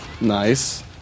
Nice